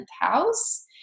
house